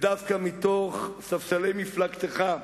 ודווקא מתוך ספסלי מפלגתך,